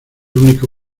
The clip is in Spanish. único